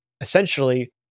essentially